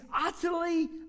utterly